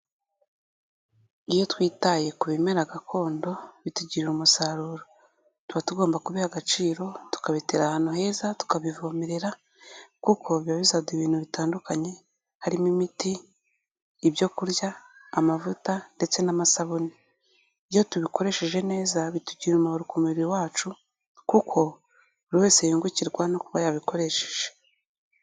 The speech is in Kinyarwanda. Iyo twitaye ku bimera gakondo bitugirira umusaruro, tuba tugomba kubiha agaciro, tukabitera ahantu heza, tukabivomerera kuko biba bizadu ibintu bitandukanye harimo imiti, ibyokurya, amavuta ndetse n'amasabune, iyo tubikoresheje neza bitugira umumaro ku mubiri wacu kuko buri wese yungukirwa no kuba yabikoresheje.